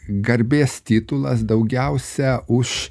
garbės titulas daugiausia už